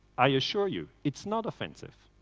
i assure you, it's not offensive.